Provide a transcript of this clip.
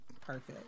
perfect